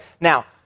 Now